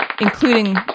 including